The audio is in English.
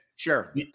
Sure